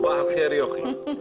סבאח אל חיר, יוכי.